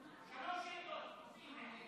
שלוש שאלות.